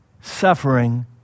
suffering